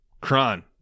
Kron